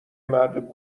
مرد